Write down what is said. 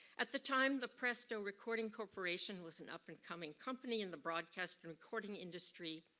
at the time the presto recording corporation was an up and coming company in the broadcast and recording industry,